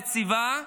יציבה,